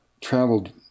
traveled